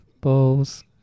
balls